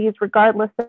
regardless